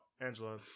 Angela